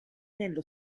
nello